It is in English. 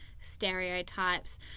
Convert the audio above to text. stereotypes